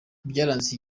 ibyaranze